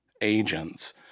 agents